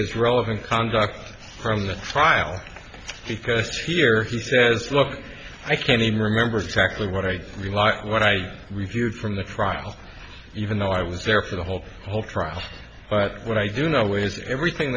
his relevant conduct from the trial because here he says look i can't even remember exactly what i mean like what i reviewed from the trial even though i was there for the whole whole trial but what i do know is that everything